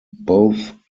both